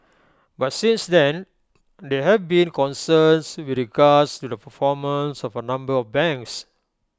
but since then there have been concerns with regards to the performance of A number of banks